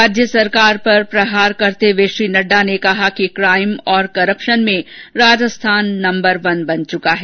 राज्य सरकार पर प्रहार करते हुए श्री नड्डा ने कहा कि क्राइम ओर करप्शन में राजस्थान नम्बर वन बन चुका हैं